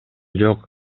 жок